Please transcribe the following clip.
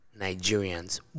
Nigerians